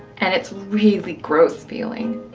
and it's really gross feeling.